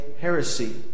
heresy